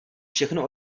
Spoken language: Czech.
všechno